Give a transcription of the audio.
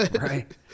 right